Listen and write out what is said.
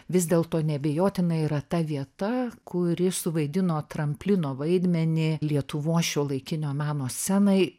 vis dėlto neabejotinai yra ta vieta kuri suvaidino tramplino vaidmenį lietuvos šiuolaikinio meno scenai